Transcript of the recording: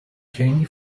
caney